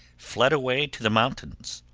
fled away to the mountains.